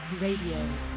Radio